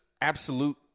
absolute